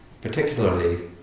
particularly